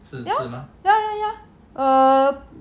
ya ya ya err